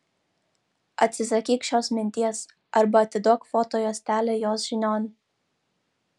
atsisakyk šios minties arba atiduok foto juostelę jos žinion